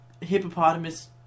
Hippopotamus